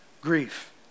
grief